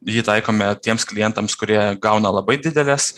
jį taikome tiems klientams kurie gauna labai dideles